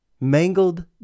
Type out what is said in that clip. mangled